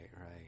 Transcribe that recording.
right